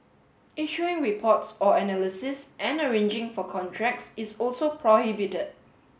issuing reports or analysis and arranging for contracts is also prohibited